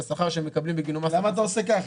השכר שבגינו מקבלים מס הכנסה שלילי --- מה אתה עושה כך?